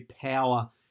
power